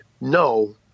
No